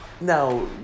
Now